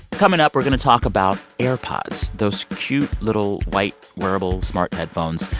coming up we're going to talk about airpods, those cute, little, white, wearable smart headphones.